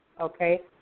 okay